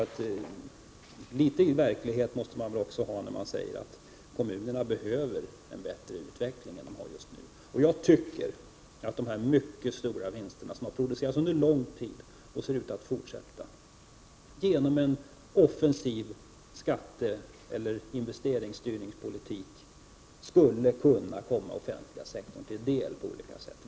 Man befinner sig faktiskt i verkligheten när man säger att kommunerna behöver en bättre utveckling än de har just nu. Jag tycker att de mycket stora vinster som har producerats under lång tid och som ser ut att fortsätta att produceras borde genom en offensiv skatteeller investeringsstyrningspolitik komma den offentliga sektorn till del på olika sätt.